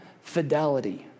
fidelity